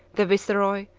the viceroy,